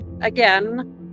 again